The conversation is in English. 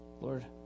Lord